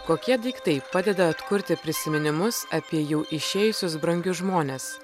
kokie daiktai padeda atkurti prisiminimus apie jau išėjusius brangius žmones